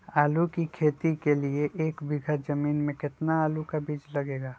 आलू की खेती के लिए एक बीघा जमीन में कितना आलू का बीज लगेगा?